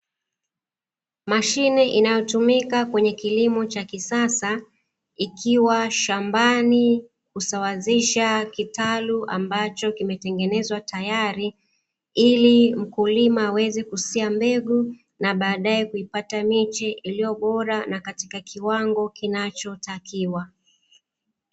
Mashine inayotumika kwenye kilimo cha kisasa ikiwa shambani kusawazisha kitalu ambacho kimetegenezwa tayari, ili mkulima aweze kusia mbegu na baadaye kuipata miche iliyobora na katika kiwango kinachotakiwa.